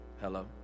Hello